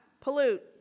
pollute